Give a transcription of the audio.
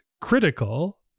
critical